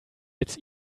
its